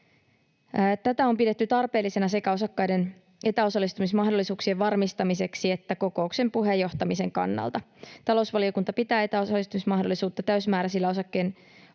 Tätä on pidetty tarpeellisena sekä osakkaiden etäosallistumismahdollisuuksien varmistamiseksi että kokouksen puheenjohtamisen kannalta. Talousvaliokunta pitää etäosallistumismahdollisuutta täysimääräisillä